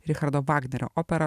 richardo vagnerio opera